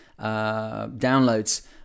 downloads